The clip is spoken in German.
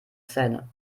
zähne